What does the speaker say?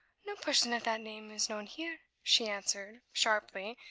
no person of that name is known here, she answered, sharply,